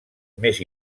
més